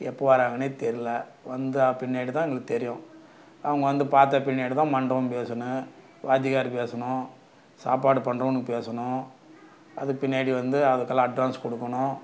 எப்போ வராங்கனே தெரில வந்த பின்னாடி தான் எங்களுக்கு தெரியும் அவங்க வந்து பார்த்த பின்னாடி தான் மண்டபம் பேசணும் வாத்தியக்காரு பேசணும் சாப்பாடு பண்றவனுக்கு பேசணும் அதுக்கு பின்னாடி வந்து அதுக்குலாம் அட்வான்ஸ் கொடுக்கணும்